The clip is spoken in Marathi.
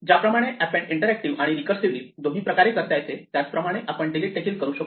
ज्याप्रमाणे अॅपेंड इंटरटिव्ह आणि रिकर्सिवली दोन्ही प्रकारे करता येते त्याचप्रमाणे आपण डिलीट देखील शकतो